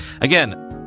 Again